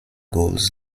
goals